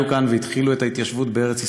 כאן והתחילו את ההתיישבות בארץ ישראל,